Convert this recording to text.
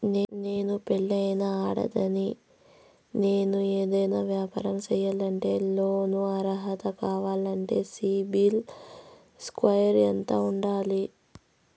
నేను పెళ్ళైన ఆడదాన్ని, నేను ఏదైనా వ్యాపారం సేయాలంటే లోను అర్హత కావాలంటే సిబిల్ స్కోరు ఎంత ఉండాలి?